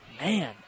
man